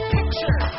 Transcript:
Picture